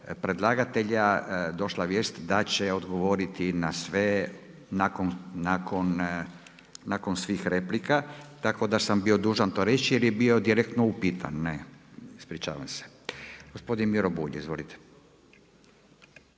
predlagatelja, došla vijest da će odgovoriti na sve nakon svih replika, tako da sam dužan to reći, jer je bio direktno upitan. Ispričavam se. Gospodin Miro Bulj. Izvolite.